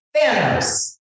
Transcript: thanos